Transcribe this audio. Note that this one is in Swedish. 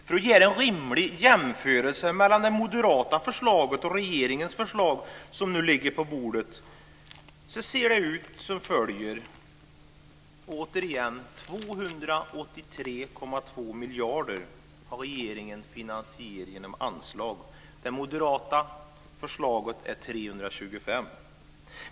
För att göra en rimlig jämförelse mellan det moderata förslaget och regeringens förslag, som nu ligger på bordet, ser det ut som följer: 283,2 miljarder har regeringen finansierat genom anslag. Det moderata förslaget är 325 miljarder.